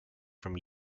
from